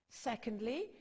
Secondly